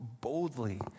boldly